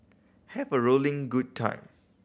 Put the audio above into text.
have a rolling good time